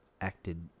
acted